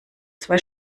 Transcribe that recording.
zwei